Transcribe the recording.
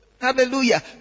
Hallelujah